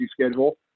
schedule